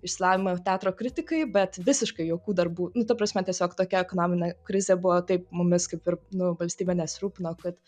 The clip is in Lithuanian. išsilavinimą teatro kritikai bet visiškai jokių darbų nu ta prasme tiesiog tokia ekonominė krizė buvo taip mumis kaip ir nu valstybė nesirūpino kad